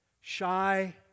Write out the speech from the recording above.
shy